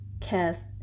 cast